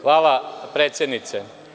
Hvala predsednice.